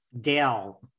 Dale